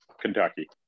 kentucky